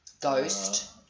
Ghost